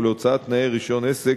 ולהוצאת תנאי רשיון עסק,